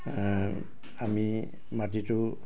আমি মাটিটো